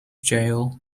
jail